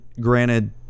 granted